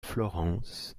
florence